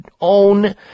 own